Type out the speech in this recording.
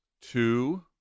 two